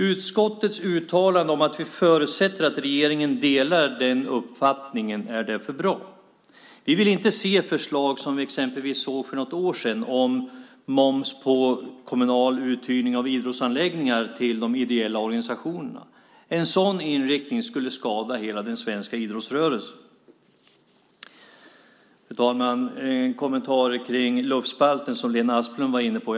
Utskottets uttalande om att vi förutsätter att regeringen delar den uppfattningen är därför bra. Vi vill inte se förslag som vi exempelvis såg för något år sedan om moms på kommunal uthyrning av idrottsanläggningar till de ideella organisationerna. En sådan inriktning skulle skada hela den svenska idrottsrörelsen. Fru talman! En kommentar till frågan om luftspalten som Lena Asplund var inne på.